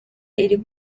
iri